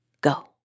Go